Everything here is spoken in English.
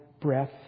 breath